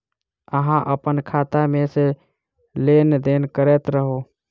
अहाँ अप्पन खाता मे सँ लेन देन करैत रहू?